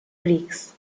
greeks